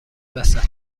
وسط